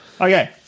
Okay